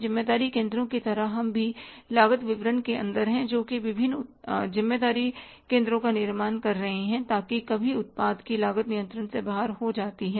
ज़िम्मेदारी केंद्रों की तरह हम भी लागत विवरण के अंदर है जोकि विभिन्न ज़िम्मेदारी केंद्रों का निर्माण करने वाले हैं ताकि कभी उत्पाद की लागत नियंत्रण से बाहर हो जाती है